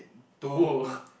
to who